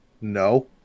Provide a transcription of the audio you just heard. no